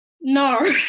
no